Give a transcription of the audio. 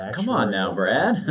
ah come on now, brad.